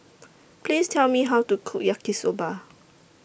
Please Tell Me How to Cook Yaki Soba